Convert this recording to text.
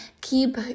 keep